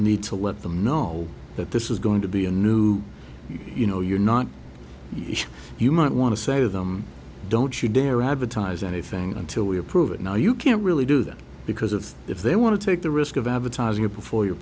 need to let them know that this is going to be a new you know you're not you might want to say to them don't you dare advertise anything until we approve it now you can't really do that because of if they want to take the risk of advertising or before you